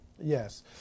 Yes